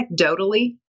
anecdotally